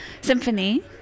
Symphony